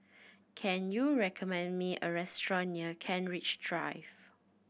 can you recommend me a restaurant near Kent Ridge Drive